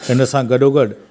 हिन सां गॾोगॾु